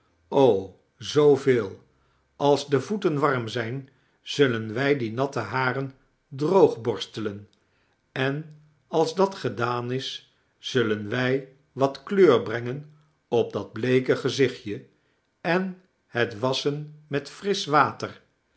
o zooveel als de voeten warm zijn zullen wij die natte haren droog borstelen en als dat gedaan is zullen wij wat kleur brengen op dat bleeke gezichtje en het wasschen met frisc'h water